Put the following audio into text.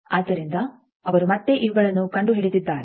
ಆದ್ದರಿಂದ ಅವರು ಮತ್ತೆ ಇವುಗಳನ್ನು ಕಂಡುಹಿಡಿದಿದ್ದಾರೆ